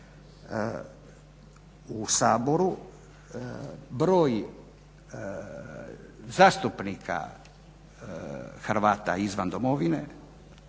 u Saboru broj zastupnika Hrvata izvan domovine